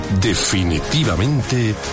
definitivamente